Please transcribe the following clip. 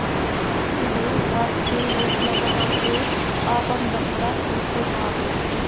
चिरई घास से घोंसला बना के आपन बच्चा पोसे ले